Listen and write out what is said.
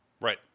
Right